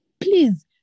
Please